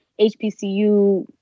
HPCU